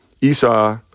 Esau